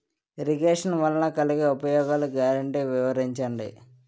Irrigation వలన కలిగే ఉపయోగాలు గ్యారంటీ వివరించండి?